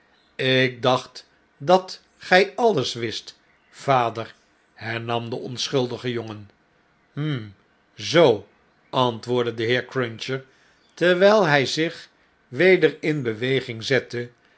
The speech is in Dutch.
ik dacht dat gy alles wist vader hernam de onschuldige jongen hm zoo antwoordde de heer cruncher terwijl hij zich weder in beweging zette